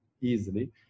easily